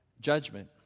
judgment